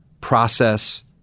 process